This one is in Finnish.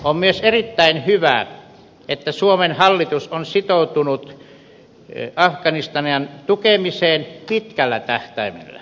on myös erittäin hyvä että suomen hallitus on sitoutunut afganistanin tukemiseen pitkällä tähtäimellä